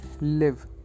live